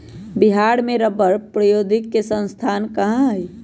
बिहार में रबड़ प्रौद्योगिकी के संस्थान कहाँ हई?